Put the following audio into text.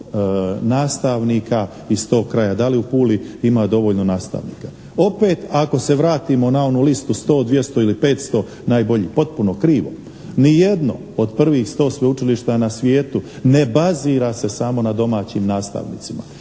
nastavnika iz tog kraja, da li u Puli ima dovoljno nastavnika. Opet ako se vratimo na onu listu 100, 200 ili 500 najboljih, potpuno krivo. Nijedno od prvih sto sveučilišta na svijetu ne bazira se samo na domaćim nastavnicima,